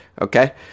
okay